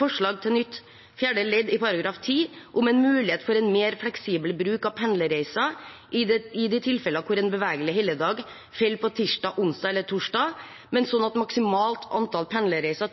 forslag til nytt fjerde ledd i § 10, om en mulighet for en mer fleksibel bruk av pendlerreiser i de tilfeller hvor en bevegelig helligdag faller på tirsdag, onsdag eller torsdag, men sånn at maksimalt antall pendlerreiser